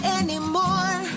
anymore